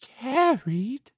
carried